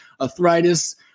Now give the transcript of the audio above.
arthritis